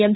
M